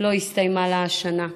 לא הסתיימה לה השנה,